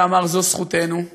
ואמר: זו זכותנו.